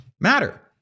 Matter